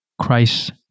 Christ